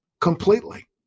completely